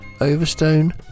Overstone